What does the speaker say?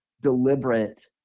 deliberate